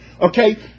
okay